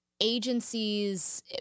agencies